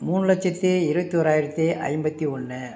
மூணு லட்சத்து இருபத்தி ஒராயிரத்தி ஐம்பத்து ஒன்று